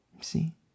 See